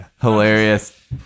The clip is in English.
hilarious